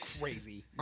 crazy